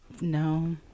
No